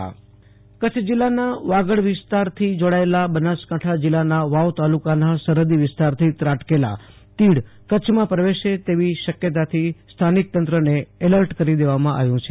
આશુતોષ અંતાણી કચ્છ વાગડમાં તીડ હ્મલા અંગે એલર્ટ કચ્છ જીલ્લાના વાગડ વિસ્તરથી જોડાયેલા બનાસકાંઠા જીલ્લાના વાવ તાલુકાના સરહદી વિસ્તારથી ત્રાટકેલા તીડ કચ્છમાં પ્રવેશે તેવી શક્યતાથી સ્થાનિક તંત્રને એલર્ટ કરી દેવામાં આવ્યું છે